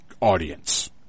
audience